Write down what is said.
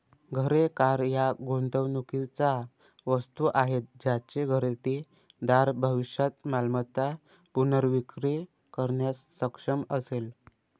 घरे, कार या गुंतवणुकीच्या वस्तू आहेत ज्याची खरेदीदार भविष्यात मालमत्ता पुनर्विक्री करण्यास सक्षम असेल